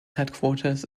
headquarters